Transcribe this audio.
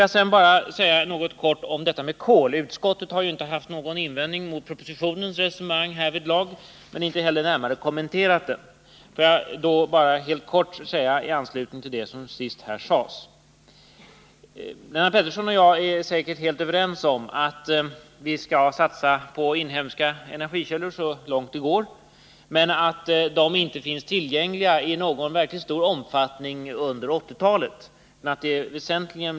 Jag vill göra en kort kommentar beträffande detta med kol. Utskottet har inte haft någon invändning mot propositionens resonemang härvidlag men har inte heller närmare kommenterat det. Lennart Pettersson och jag är säkert helt överens om att vi skall satsa på inhemska energikällor så långt det går men att dessa inte finns tillgängliga i någon verkligt stor omfattning under 1980-talet.